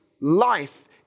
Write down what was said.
life